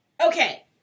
Okay